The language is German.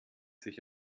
sich